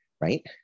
right